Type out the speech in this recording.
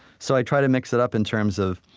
so, i try to mix it up in terms of